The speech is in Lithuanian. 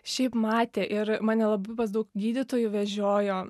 šiaip matė ir mane labai pas daug gydytojų vežiojo